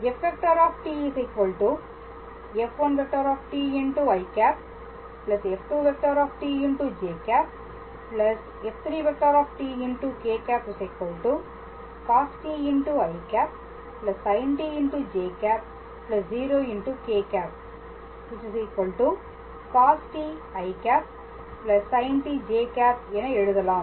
f f1i f2j f3k̂ cost i sintj 0k̂ costi sintj என எழுதலாம்